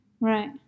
Right